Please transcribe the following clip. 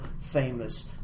famous